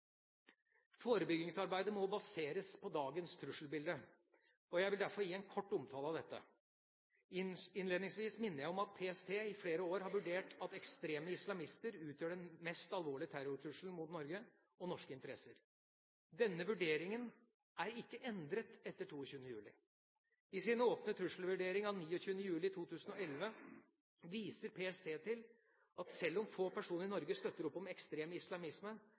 Forebyggingsarbeidet må baseres på dagens trusselbilde, og jeg vil derfor gi en kort omtale av dette. Innledningsvis minner jeg om at PST i flere år har vurdert at ekstreme islamister utgjør den mest alvorlige terrortrusselen mot Norge og norske interesser. Denne vurderingen er ikke endret etter 22. juli. I sin åpne trusselvurdering av 29. juli 2011 viser PST til at sjøl om få personer i Norge støtter opp om ekstrem islamisme,